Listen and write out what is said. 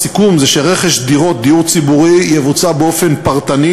הסיכום זה שרכש דירות דיור ציבורי יבוצע באופן פרטני,